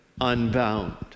unbound